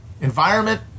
Environment